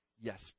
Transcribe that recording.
Yes